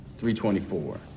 324